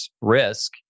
risk